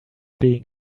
being